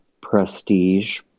prestige